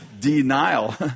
denial